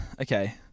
okay